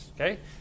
Okay